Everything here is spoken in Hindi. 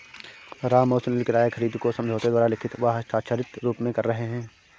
राम और सुनील किराया खरीद को समझौते द्वारा लिखित व हस्ताक्षरित रूप में कर रहे हैं